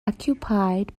occupied